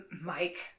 Mike